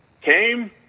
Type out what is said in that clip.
came